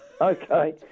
Okay